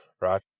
Right